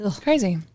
crazy